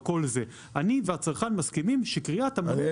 אני והצרכן מסכימים שקריאת המונה -- אין